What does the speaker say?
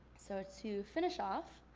so to finish off.